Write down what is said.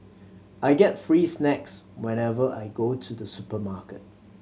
I get free snacks whenever I go to the supermarket